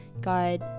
God